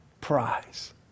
prize